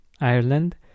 Ireland